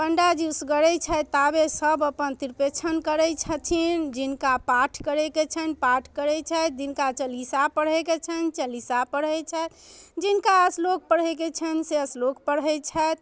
पण्डाजी उसरगै छथि ताबे सभ अपन तिरपेच्छन करै छथिन जिनका पाठ करैके छनि पाठ करै छथि जिनका चलिसा पढ़ैके छनि चलिसा पढ़ै छथि जिनका श्लोक पढ़ैके छनि से श्लोक पढ़ै छथि